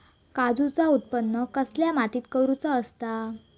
काजूचा उत्त्पन कसल्या मातीत करुचा असता?